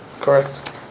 correct